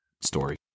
story